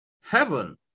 Heaven